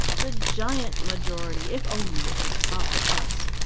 the giant majority, if only it would follow us.